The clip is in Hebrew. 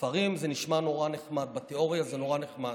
בספרים זה נשמע נורא נחמד, בתיאוריה זה נורא נחמד,